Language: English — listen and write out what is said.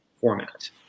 format